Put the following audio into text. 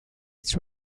its